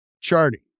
charting